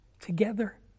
together